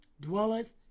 dwelleth